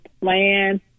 plan